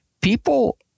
people